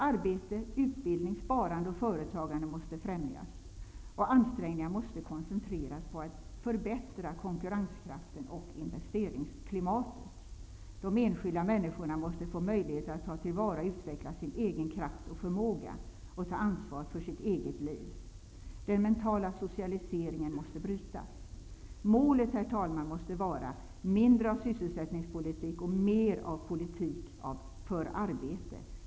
Arbete, utbildning, sparande och företagande måste främjas. Ansträngningarna måste koncentreras på att förbättra konkurrenskraften och investeringsklimatet. De enskilda människorna måste få möjligheter att ta till vara och utveckla sin egen kraft och förmåga och att ta ansvar för sitt eget liv. Den mentala socialiseringen måste brytas. Målet, herr talman, måste vara mindre av sysselsättningspolitik och mer av politik för arbete.